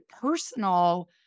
personal